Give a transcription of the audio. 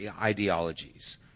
ideologies